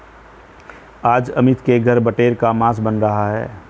आज अमित के घर बटेर का मांस बन रहा है